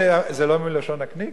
זה לא מלשון נקניק?